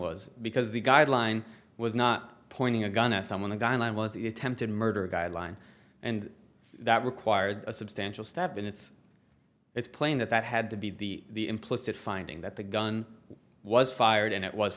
was because the guideline was not pointing a gun at someone a guy and i was the attempted murder guideline and that required a substantial step and it's it's plain that that had to be the implicit finding that the gun was fired and it was